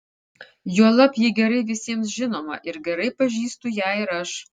juolab ji gerai visiems žinoma ir gerai pažįstu ją ir aš